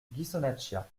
ghisonaccia